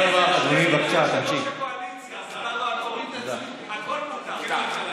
חבר הכנסת יושב-ראש הקואליציה, הכול נודע.